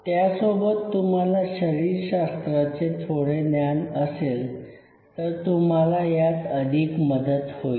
त्यासोबत तुम्हाला शरीरशास्त्राचे थोडे ज्ञान असेल तर तुम्हाला यात अधिक मदत होईल